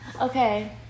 Okay